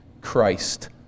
Christ